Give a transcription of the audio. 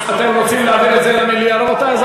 אתם רוצים להעביר את זה למליאה, רבותי?